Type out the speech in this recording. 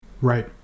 Right